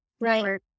Right